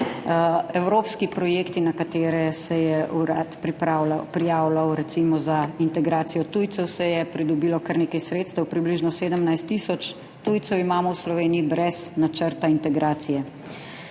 evropski projekti, na katere se je urad prijavljal, recimo za integracijo tujcev se je pridobilo kar nekaj sredstev. Približno 17 tisoč tujcev imamo v Sloveniji brez načrta integracije.